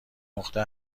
نقطه